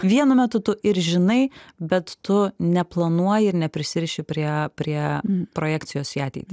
vienu metu tu ir žinai bet tu neplanuoji ir neprisiriši prie prie projekcijos į ateitį